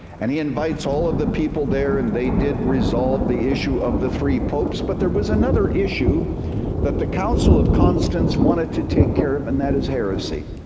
and he invites all of the people there and they did resolve the issue of the three popes. but there was another issue that the council of constance wanted to take care of, and that is heresy.